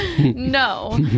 No